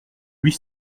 huit